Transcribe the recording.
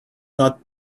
not